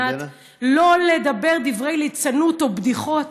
ענת: לא לדבר דברי ליצנות או בדיחות,